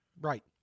Right